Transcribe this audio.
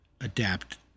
adapt